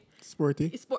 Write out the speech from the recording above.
Sporty